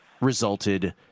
resulted